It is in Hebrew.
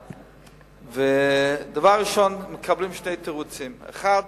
לוועדה, ודבר ראשון מקבלים שני תירוצים: האחד,